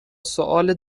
سوال